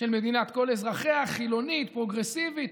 של מדינת כל אזרחיה, חילונית, פרוגרסיבית.